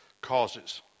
causes